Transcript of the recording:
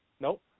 Nope